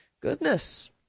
Goodness